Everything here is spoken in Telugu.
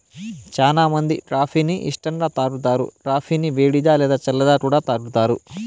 చానా మంది కాఫీ ని ఇష్టంగా తాగుతారు, కాఫీని వేడిగా, లేదా చల్లగా కూడా తాగుతారు